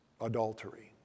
adultery